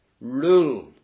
rule